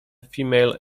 female